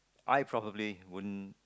I probably won't